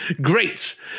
Great